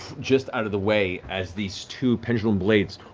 just out of the way as these two pendulum blades